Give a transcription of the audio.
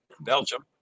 Belgium